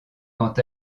quant